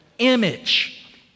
image